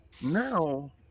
now